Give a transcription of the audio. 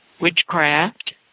Witchcraft